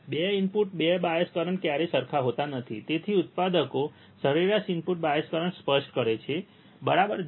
2 input 2 bias current ક્યારેય સરખા હોતા નથી તેથી ઉત્પાદક સરેરાશ ઇનપુટ બાયસ કરંટ સ્પષ્ટ કરે છે બરાબર